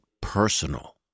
personal